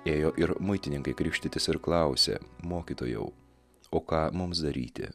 ėjo ir muitininkai krikštytis ir klausė mokytojau o ką mums daryti